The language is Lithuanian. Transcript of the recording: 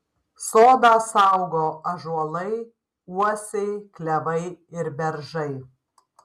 sodą saugo ąžuolai uosiai klevai ir beržai